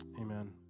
Amen